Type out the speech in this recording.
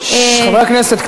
חברי הכנסת,